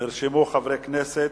נרשמו חברי כנסת.